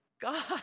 God